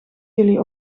jullie